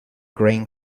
grain